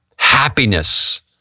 Happiness